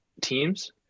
teams